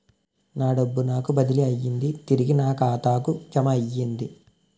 నా డబ్బు నాకు బదిలీ అయ్యింది తిరిగి నా ఖాతాకు జమయ్యింది